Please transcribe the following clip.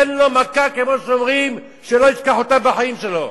תן לו מכה, כמו שאומרים, שלא ישכח אותה בחיים שלו.